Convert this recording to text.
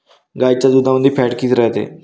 गाईच्या दुधामंदी फॅट किती रायते?